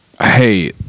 hey